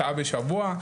שעה בשבוע,